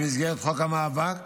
במסגרת חוק המאבק